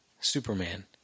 Superman